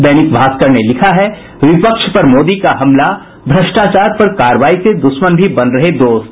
दैनिक भास्कर ने लिखा है विपक्ष पर मोदी का हमला भ्रष्टाचार पर कार्रवाई से दुश्मन भी बन रहे दोस्त